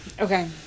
Okay